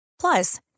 Plus